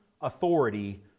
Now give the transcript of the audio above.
authority